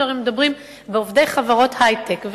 שהרי מדברים בעובדי חברות היי-טק.